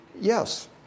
yes